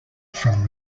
from